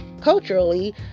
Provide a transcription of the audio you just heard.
culturally